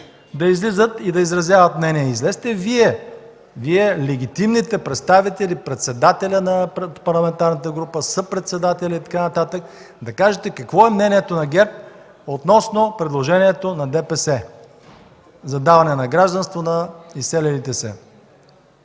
да излизат и да изразяват мнение. Излезте Вие, легитимните представители, председателят на парламентарната група, съпредседателят и така нататък да кажете какво е мнението на ГЕРБ относно предложението на ДПС за даване на гражданство на изселилите се.